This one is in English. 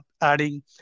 adding